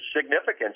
significant